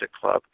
club